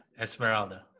Esmeralda